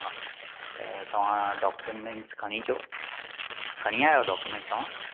त तव्हां डॉक्यूमेंट्स खणी अचो खणी आया आहियो डॉक्यूमेंट्स तव्हां